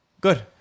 Good